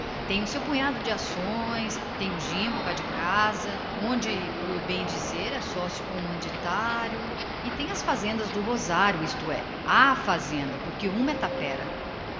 o seu punhado de ações tem o jimbo cá na casa onde por bem dizer é sócio comanditário e tem as fazendas do rosário isto é a fazenda porque uma é tapera